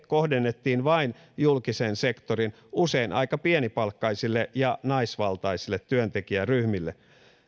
kohdennettiin vain julkisen sektorin usein aika pienipalkkaisille ja naisvaltaisille työntekijäryhmille